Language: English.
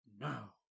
now